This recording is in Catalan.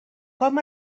com